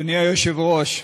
אדוני היושב-ראש,